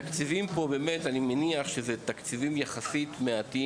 אני מניח שהתקציבים שנחוצים פה הם יחסית מועטים,